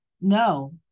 no